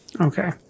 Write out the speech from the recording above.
Okay